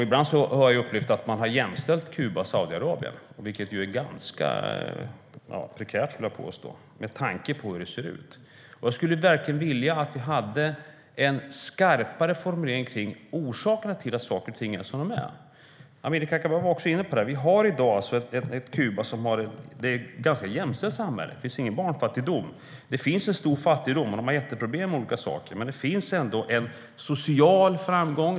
Ibland har jag upplevt att man har jämställt Kuba och Saudiarabien. Det är ganska prekärt, skulle jag vilja påstå, med tanke på hur det ser ut. Jag skulle verkligen vilja att vi hade en skarpare formulering om orsakerna till att saker och ting är som de är. Amineh Kakabaveh var också inne på det. Vi har i dag ett Kuba som är ett ganska jämställt samhälle. Det finns ingen barnfattigdom. Det finns en stor fattigdom, och de har jätteproblem med olika saker. Men det finns ändå en social framgång.